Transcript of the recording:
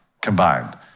combined